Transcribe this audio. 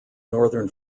northern